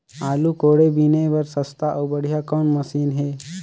आलू कोड़े बीने बर सस्ता अउ बढ़िया कौन मशीन हे?